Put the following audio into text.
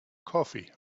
coffee